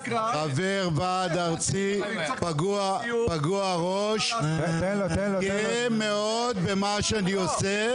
ועד ארצי פגוע ראש, אני גאה מאוד במה שאני עושה